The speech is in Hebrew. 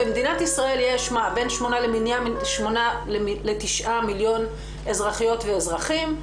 במדינת ישראל יש בין שמונה לתשעה מיליון אזרחיות ואזרחיות,